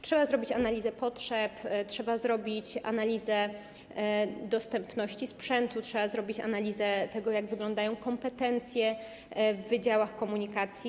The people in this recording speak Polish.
Trzeba zrobić analizę potrzeb, trzeba zrobić analizę dostępności sprzętu, trzeba zrobić analizę tego, jak wyglądają kompetencje w wydziałach komunikacji.